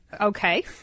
Okay